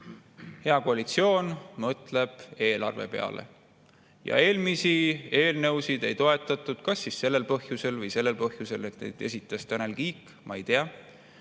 hea koalitsioon mõtleb eelarve peale ja eelmisi eelnõusid ei toetatud kas sellel põhjusel või seetõttu, et neid esitas Tanel Kiik. Ma ei tea.